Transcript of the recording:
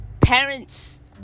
parents